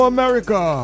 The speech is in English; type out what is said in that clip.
America